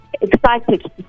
excited